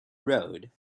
road